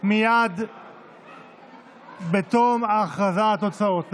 מייד בתום ההכרזה על התוצאות.